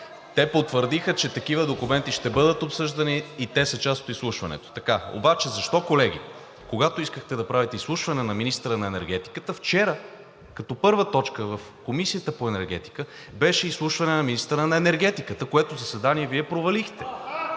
Те потвърдиха, че такива документи ще бъдат обсъждани и те са част от изслушването. Обаче защо, колеги, когато искахте да направите изслушване на министъра на енергетиката, вчера като първа точка в Комисията по енергетика беше изслушване на министъра на енергетиката, което заседание Вие провалихте?